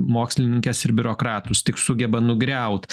mokslininkes ir biurokratus tik sugeba nugriaut